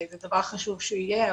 זה דבר חשוב שיהיה,